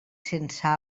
sense